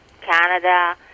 canada